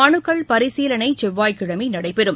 மலுக்கள் பரிசீலனை செவ்வாய்கிழமை நடைபெறும்